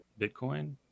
bitcoin